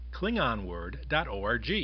KlingonWord.org